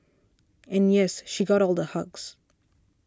and yes she got all the hugs